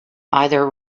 either